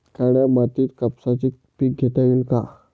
काळ्या मातीत कापसाचे पीक घेता येईल का?